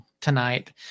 tonight